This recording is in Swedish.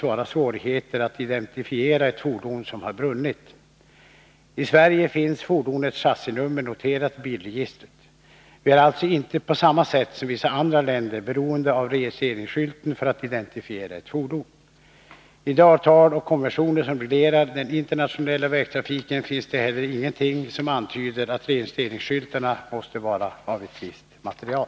vara svårigheter att identifiera ett fordon som har brunnit. I Sverige finns fordonets chassinummer noterat i bilregistret. Vi är alltså inte på samma sätt som man är i vissa andra länder beroende av registreringsskylten för att identifiera ett fordon. I de avtal och konventioner som reglerar den internationella vägtrafiken finns det heller ingenting som antyder att registreringsskyltarna måste vara av ett visst material.